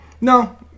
No